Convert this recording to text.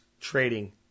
trading